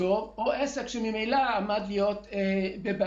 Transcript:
טוב או שהוא עסק שממילא עמד להיות בבעיות.